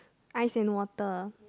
ice and water